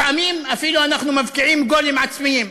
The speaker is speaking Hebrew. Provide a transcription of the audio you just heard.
לפעמים אנחנו אפילו מבקיעים גולים עצמיים.